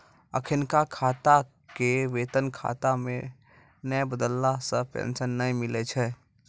अखिनका खाता के वेतन खाता मे नै बदलला से पेंशन नै मिलै छै